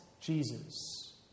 Jesus